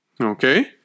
Okay